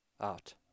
out